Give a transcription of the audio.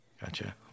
Gotcha